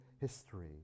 history